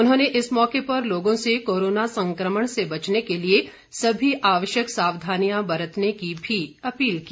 उन्होंने इस मौके पर लोगों से कोरोना संक्रमण से बचने के लिए सभी आवश्यक सावधानियां बरतने की भी अपील की